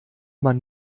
man